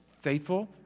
faithful